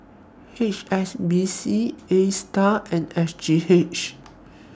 H S B C ASTAR and S G H